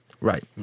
Right